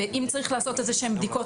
ואם צריך לעשות בדיקות,